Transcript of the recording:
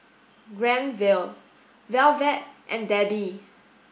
Granville Velvet and Debbi